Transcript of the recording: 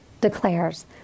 declares